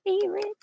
favorite